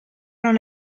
non